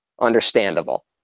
understandable